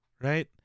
Right